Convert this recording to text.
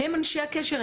הם אנשי הקשר,